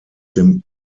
dem